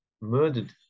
murdered